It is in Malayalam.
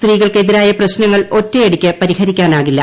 സ്ത്രീകൾക്ക് എതിരായ പ്രശ്നങ്ങൾ ഒറ്റയടിക്ക് പരിഹരിക്കാനാകില്ല